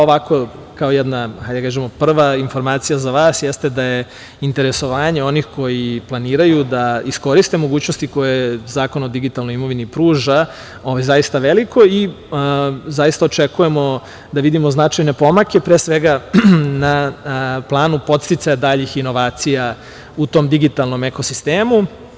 Ovako kao jedna, hajde da kažemo, prva informacija za vas jeste da je interesovanje onih koji planiraju da iskoriste mogućnosti koje Zakon o digitalnoj imovini pruža je zaista veliko i zaista očekujemo da vidimo značajne pomake, pre svega na planu podsticaja daljih inovacija u tom digitalnom ekosistemu.